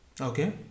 okay